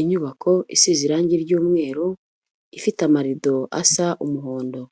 Inyubako isize irangi ry'umweru ifite amarido asa umuhondo.